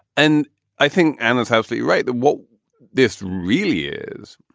and i think and that's healthy. right. what this really is,